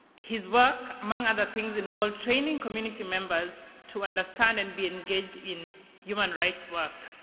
his work, among other things, involve training community members to understand and be engaged in human rights work.